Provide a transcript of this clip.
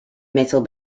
metal